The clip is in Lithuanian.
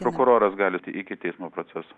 prokuroras galite iki teismo proceso